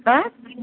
ಹಾಂ